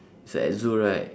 it's at zoo right